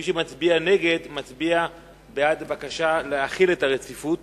מי שמצביע נגד, מצביע בעד הבקשה להחיל את הרציפות